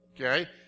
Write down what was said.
okay